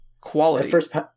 Quality